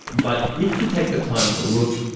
but if you take the time to look,